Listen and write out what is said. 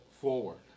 forward